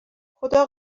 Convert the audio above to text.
خدا